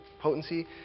potency